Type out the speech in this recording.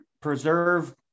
preserve